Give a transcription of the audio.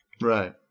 Right